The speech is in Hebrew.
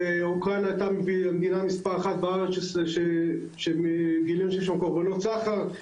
שאוקראינה הייתה המדינה מספר 1 בארץ שגילינו שיש שם קורבנות סחר.